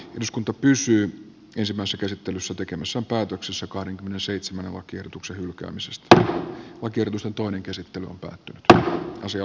eduskunta pysyä ensimmäiset esittelyssä tekemässä päätöksessä kahdenkymmenenseitsemän lakiehdotuksen hylkäämisestä oikeusjutun joiden sisällöstä päätettiin ensimmäisessä käsittelyssä